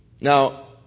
Now